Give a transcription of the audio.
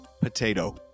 Potato